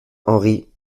henry